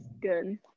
good